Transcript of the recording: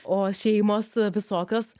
o šeimos visokios